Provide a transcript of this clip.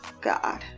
god